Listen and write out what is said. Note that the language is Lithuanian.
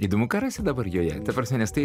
įdomu ką rasi dabar joje ta prasme nes tai